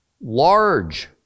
large